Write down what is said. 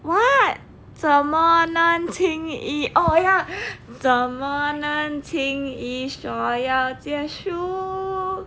what 怎么能轻易 oh ya 怎么能轻易说要结束